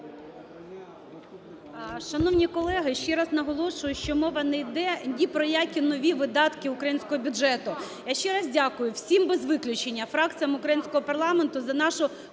Шановні колеги, ще раз наголошую, що мова не йде ні про які нові видатки українського бюджету. Я ще раз дякую всім без виключення фракціям українського парламенту за нашу